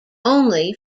only